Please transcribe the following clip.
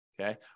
Okay